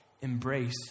Embrace